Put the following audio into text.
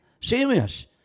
Serious